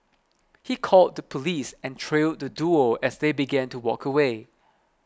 he called the police and trailed the duo as they began to walk away